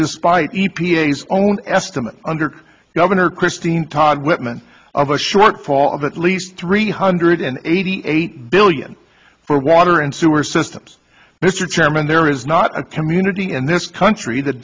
despite e p a s own estimate under governor christine todd whitman of a shortfall of at least three hundred and eighty eight billion for water and sewer systems mr chairman there is not a community in this country that